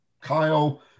Kyle